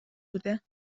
بوده